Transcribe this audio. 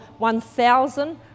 1,000